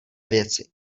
věci